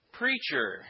preacher